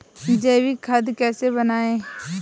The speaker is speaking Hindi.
जैविक खाद कैसे बनाएँ?